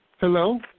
Hello